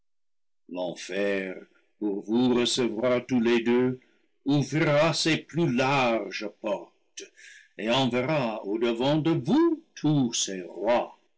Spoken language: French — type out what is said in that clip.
pour vous recevoir tous les deux ouvrira ses plus larges portes et enverra au-devant de vous tous ses rois